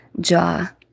jaw